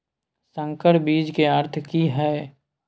संकर बीज के अर्थ की हैय?